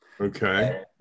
Okay